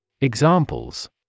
Examples